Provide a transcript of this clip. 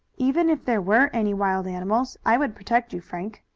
even if there were any wild animals i would protect you, frank.